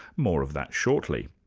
more of that shortly.